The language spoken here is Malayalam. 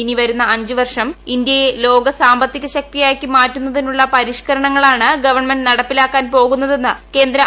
ഇനി വരുന്ന അഞ്ച് വർഷം ഇന്ത്യയെ ലോക സാമ്പത്തിക ശക്തിയാക്കി മാറ്റുന്നതിനുള്ള പരിഷ്കരണങ്ങളാണ് ഗവൺമെന്റ് നടപ്പിലാക്കാൻ പോകുന്നതെന്ന് കേന്ദ്ര ആഭ്യന്തരമന്ത്രി പറഞ്ഞു